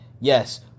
Yes